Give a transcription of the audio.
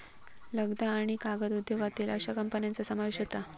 लगदा आणि कागद उद्योगातील अश्या कंपन्यांचा समावेश होता